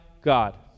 God